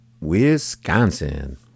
Wisconsin